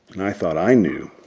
and i thought i knew,